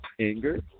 anger